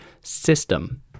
system